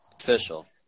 Official